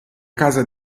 casa